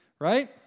right